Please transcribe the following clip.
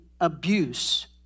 abuse